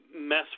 mess